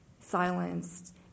silenced